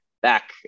back